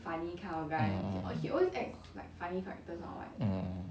mm mm mm mm